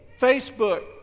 Facebook